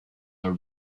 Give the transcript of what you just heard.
are